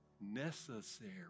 Necessary